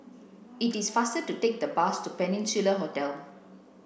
it is faster to take the bus to Peninsula Hotel